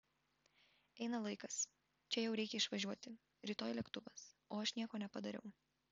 eina laikas čia jau reikia išvažiuoti rytoj lėktuvas o aš nieko nepadariau